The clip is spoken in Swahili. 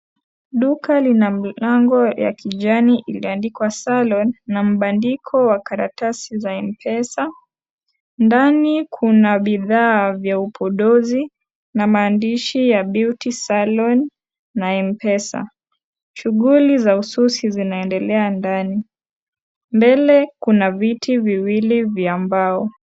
Duka lina milango ya kijani ilioandikwa salon na mbandiko wa karatasi za mpesa. Ndani kuna bidhaa vya upodozi na maandishi ya Beauty Salon na Mpesa. Shughuli za ususi zinaendelea ndani. Mbele kuna viti viwili vya mbao.